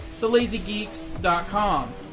thelazygeeks.com